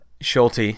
Schulte